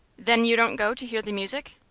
then you don't go to hear the music?